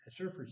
surfers